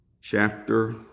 chapter